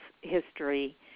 history